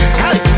hey